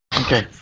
Okay